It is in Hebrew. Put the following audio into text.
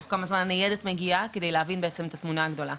תוך כמה זמן הניידת מגיעה כדי להבין בעצם את התמונה הגדולה.